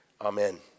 Amen